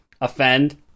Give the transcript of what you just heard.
offend